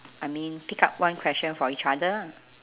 I mean pick up one question for each other